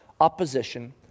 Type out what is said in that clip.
opposition